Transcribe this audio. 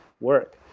work